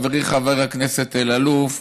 חברי חבר הכנסת אלאלוף,